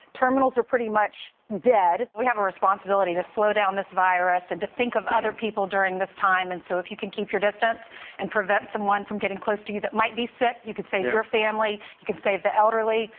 terminals are pretty much dead. we have a responsibility to slow down this virus and to think of other people during this time. and, so, if you can keep your distance and prevent someone from getting close to you that might be sick, you could save your family, you could save the elderly,